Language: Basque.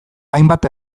hainbat